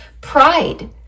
pride